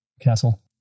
castle